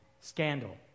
Scandal